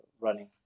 running